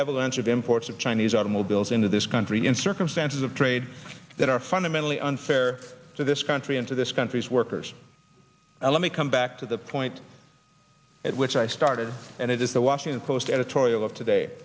avalanche of imports of chinese are move bills into this country in circumstances of trade that are fundamentally unfair to this country and to this country's workers and let me come back to the point at which i started and it is the washington post editorial of toda